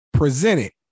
Presented